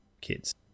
kids